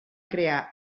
crear